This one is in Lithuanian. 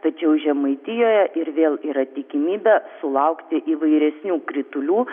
tačiau žemaitijoje ir vėl yra tikimybė sulaukti įvairesnių kritulių